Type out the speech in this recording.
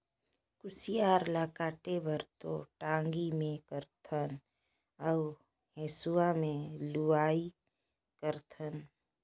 कुसियार ल काटे बर तो टांगी मे कारथन अउ हेंसुवा में लुआई करथन